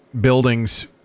buildings